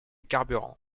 carburant